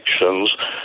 elections